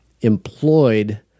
employed